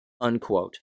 Unquote